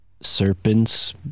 serpents